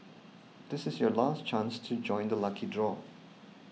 this is your last chance to join the lucky draw